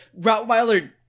Rottweiler